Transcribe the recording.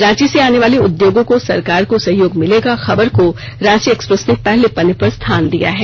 रांची में आनेवाली उद्योगों को सरकार को सहयोग मिलेगा खबर को रांची एक्सप्रेस ने पहले पन्ने पर स्थान दिया है